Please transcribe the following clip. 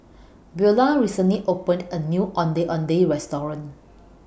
Beula recently opened A New Ondeh Ondeh Restaurant